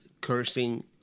cursing